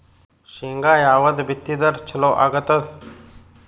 ಶೇಂಗಾ ಯಾವದ್ ಬಿತ್ತಿದರ ಚಲೋ ಆಗತದ?